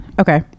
Okay